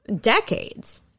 decades